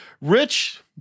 Rich